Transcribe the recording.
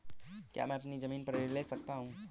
क्या मैं अपनी ज़मीन पर ऋण ले सकता हूँ?